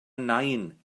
nain